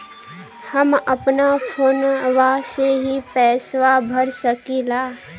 हम अपना फोनवा से ही पेसवा भर सकी ला?